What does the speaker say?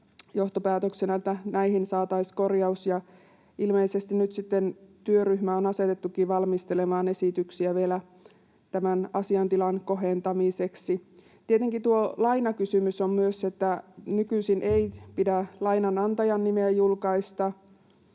kyllä hyvä, että näihin saataisiin korjaus. Ilmeisesti nyt sitten on asetettukin työryhmä valmistelemaan esityksiä vielä tämän asiantilan kohentamiseksi. Tietenkin tuo lainakysymys on myös. Nykyisin ei pidä lainanantajan nimeä julkaista,